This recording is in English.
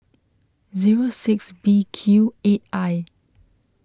zero six B Q eight I